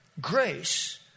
grace